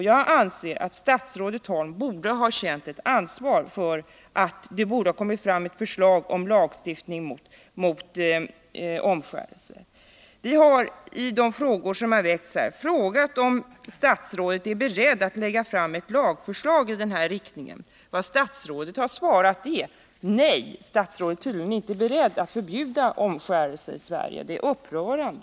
Jag anser att statsrådet borde ha känt ett ansvar för att det lagts fram ett förslag om lagstiftning mot omskärelse. Vi har nu frågat om statsrådet är beredd att lägga fram förslag till en sådan lagstiftning. Vad statsrådet har svarat är nej. Statsrådet är tydligen inte beredd att förbjuda omskärelse i Sverige. Det är upprörande.